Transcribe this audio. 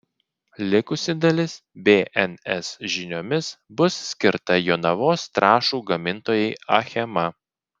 likusi dalis bns žiniomis bus skirta jonavos trąšų gamintojai achema